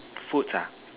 food ah